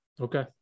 Okay